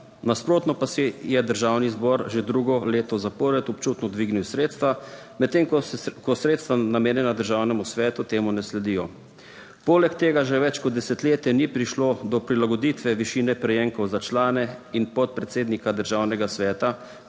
Nasprotno pa si je Državni zbor že drugo leto zapored občutno dvignil sredstva, medtem ko sredstva, namenjena Državnemu svetu, temu ne sledijo. Poleg tega že več kot desetletje ni prišlo do prilagoditve višine prejemkov za člane in podpredsednika Državnega sveta,